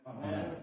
Amen